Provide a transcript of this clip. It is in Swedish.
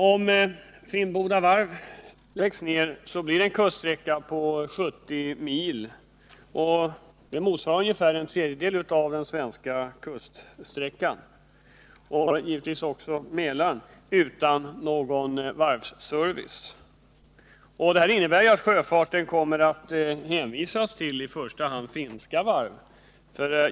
Om Finnboda läggs ned blir Mälaren och en kuststräcka på 70 mil, vilket motsvarar ungefär en tredjedel av den svenska kusten, utan varvsservice. Detta innebär att sjöfarten i första hand kommer att hänvisas till finska varv.